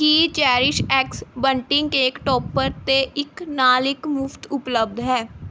ਕੀ CherishX bunting cake topper 'ਤੇ ਇੱਕ ਨਾਲ਼ ਇੱਕ ਮੁਫ਼ਤ ਉਪਲਬਧ ਹੈ